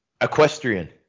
equestrian